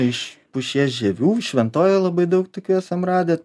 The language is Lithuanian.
iš pušies žievių šventojoj labai daug tokių esam radę